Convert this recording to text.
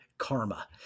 karma